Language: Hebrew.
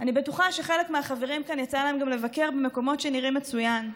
אני בטוחה שלחלק מהחברים כאן יצא גם לבקר במקומות שנראים מצוין,